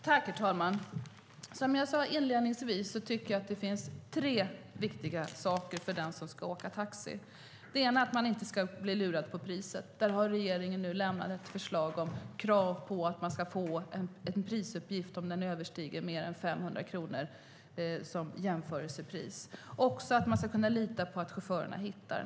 Herr talman! Som jag sade inledningsvis tycker jag att det finns tre viktiga saker för den som ska åka taxi. Det första är att man inte ska bli lurad på priset. Där har regeringen nu lämnat ett förslag om krav på att man ska få en uppgift om jämförelsepris om priset överstiger 500 kronor. Det andra är att man ska kunna lita på att chaufförerna hittar.